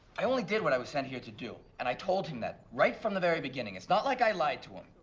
i only did what i was sent here to do. and i told him that, right from the very beginning. it's not like i lied to him.